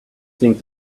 think